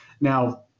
Now